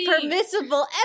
permissible